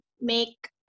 make